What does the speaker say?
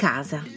Casa